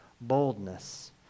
boldness